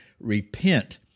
Repent